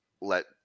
let